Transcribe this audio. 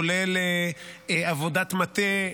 כולל עבודת מטה,